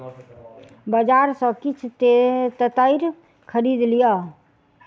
बजार सॅ किछ तेतैर खरीद लिअ